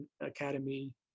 Academy